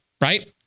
right